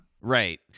Right